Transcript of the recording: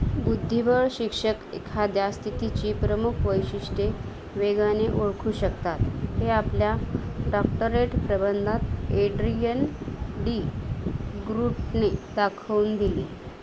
बुद्धिबळ शिक्षक एखाद्या स्थितीची प्रमुख वैशिष्ट्ये वेगाने ओळखू शकतात हे आपल्या डॉक्टरेट प्रबंधात एड्रियन डी ग्रूटने दाखवून दिले